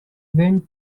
went